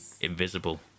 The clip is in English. invisible